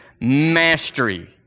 Mastery